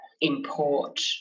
import